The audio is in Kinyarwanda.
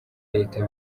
leta